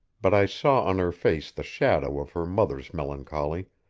but i saw on her face the shadow of her mother's melancholy,